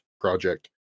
Project